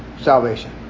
salvation